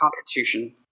Constitution